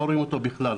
לא רואים אותו בכלל.